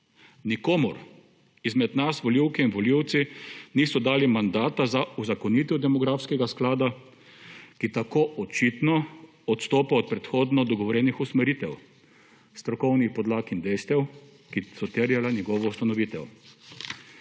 Nikomur izmed nas volivke in volivci niso dali mandata za uzakonitev demografskega sklada, ki tako očitno odstopa od predhodno dogovorjenih usmeritev, strokovnih podlag in dejstev, ki so terjale njegovo ustanovitev.